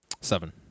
Seven